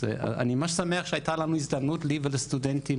אני ממש שמח שהייתה לנו ההזדמנות שהיה לי ולסטודנטים